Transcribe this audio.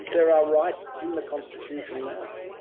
there are right the constitution now.